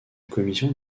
commission